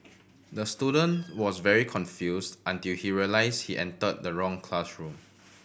the student was very confused until he realised he entered the wrong classroom